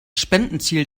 spendenziel